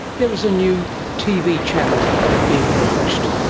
there is a new tv channel being launched.